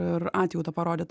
ir atjautą parodyt